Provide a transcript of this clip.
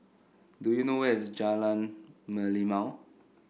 do you know where is Jalan Merlimau